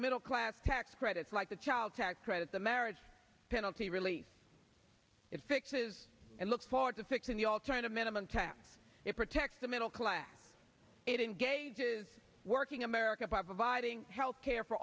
middle class tax credits like the child tax credits a marriage penalty relief it fixes and look forward to fixing the alternative minimum tax it protects the middle class it engages working america by providing health care for